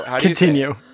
Continue